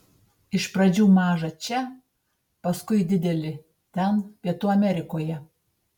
iš pradžių mažą čia paskui didelį ten pietų amerikoje